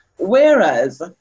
Whereas